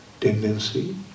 tendency